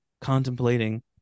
contemplating